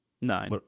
Nine